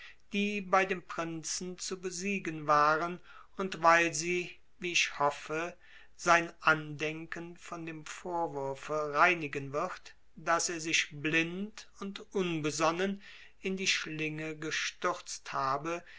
die bei dem prinzen zu besiegen waren und weil sie wie ich hoffe sein andenken von dem vorwurfe reinigen wird daß er sich blind und unbesonnen in die schlinge gestürzt habe